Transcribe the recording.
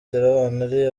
ari